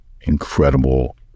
incredible